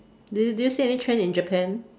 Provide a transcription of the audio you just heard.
do do you see any trend in Japan